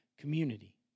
community